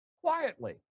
quietly